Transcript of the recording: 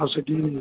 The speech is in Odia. ଆଉ ସେଠି